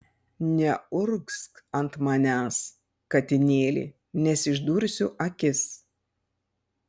neurgzk ant manęs katinėli nes išdursiu akis